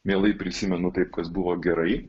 mielai prisimenu taip kas buvo gerai